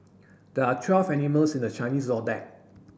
there are twelve animals in the Chinese